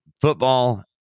football